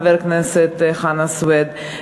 לך, חבר הכנסת סוייד,